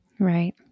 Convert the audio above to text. Right